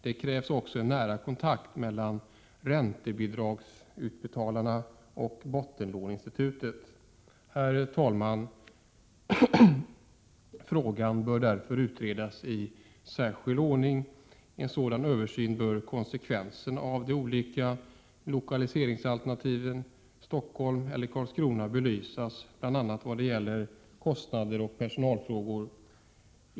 Det krävs också en nära kontakt mellan räntebidragsutbetalarna och bottenlåneinstituten. Herr talman! Frågan bör därför ses över i särskild ordning. I en sådan översyn bör konsekvenserna av de olika lokaliseringsalternativen — Stockholm och Karlskrona — belysas bl.a. vad gäller kostnader och personalfrågor.